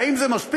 האם זה מספיק?